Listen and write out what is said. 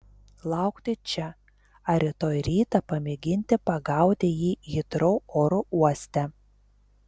laukti čia ar rytoj rytą pamėginti pagauti jį hitrou oro uoste